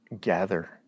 gather